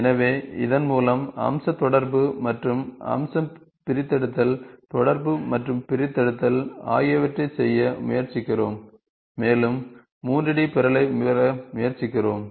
எனவே இதன் மூலம் அம்ச தொடர்பு மற்றும் அம்சம் பிரித்தெடுத்தல் தொடர்பு மற்றும் பிரித்தெடுத்தல் ஆகியவற்றைச் செய்ய முயற்சிக்கிறோம் மேலும் 3D பொருளைப் பெற முயற்சிக்கிறோம்